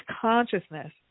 consciousness